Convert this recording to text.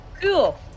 Cool